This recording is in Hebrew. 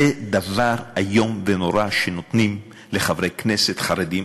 זה דבר איום ונורא שנותנים לחברי כנסת חרדים,